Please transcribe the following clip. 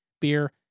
Beer